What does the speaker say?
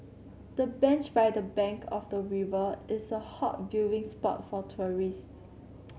the bench by the bank of the river is a hot viewing spot for tourist